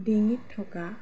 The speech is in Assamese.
ডিঙিত থকা